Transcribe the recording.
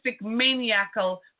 maniacal